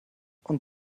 und